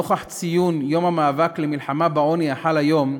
נוכח ציון יום המאבק בעוני היום,